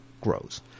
grows